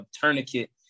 tourniquet